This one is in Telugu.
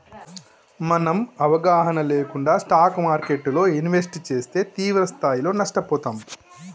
మనం అవగాహన లేకుండా స్టాక్ మార్కెట్టులో ఇన్వెస్ట్ చేస్తే తీవ్రస్థాయిలో నష్టపోతాం